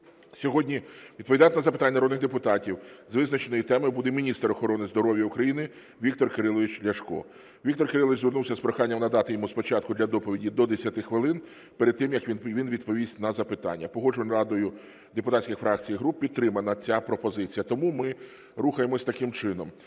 Сьогодні відповідати на запитання народних депутатів з визначеної теми буде міністр охорони здоров'я України Віктор Кирилович Ляшко. Віктор Кирилович звернувся з проханням надати йому спочатку для доповіді до 10 хвилин перед тим, як він відповість на запитання. Погоджувальною радою депутатських фракцій і груп підтримана ця пропозиція, тому ми рухаємося таким чином.